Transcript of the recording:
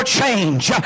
change